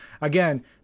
Again